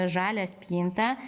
žalią spintą